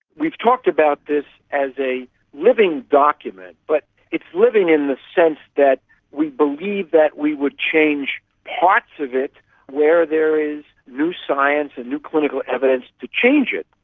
we've talked about this as a living document, but it's living in the sense that we believe that we would change parts of it where there is new science and new clinical evidence to change it.